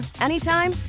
anytime